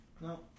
No